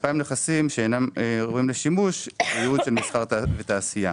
נכסים שאינם ראויים לשימוש מיועדים למסחר ותעשייה,